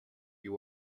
you